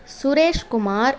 Sureshkumar